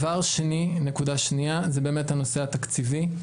נקודה שנייה היא הנושא התקציבי,